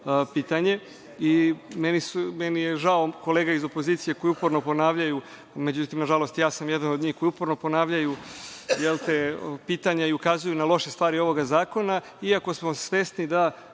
pitanje. Meni je žao kolege iz opozicije koji uporno ponavljaju, međutim, nažalost, ja sam jedan od njih koji uporno ponavljaju pitanja i ukazuju na loše stvari ovoga zakona, iako smo svesni da